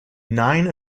nine